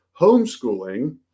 homeschooling